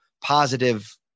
positive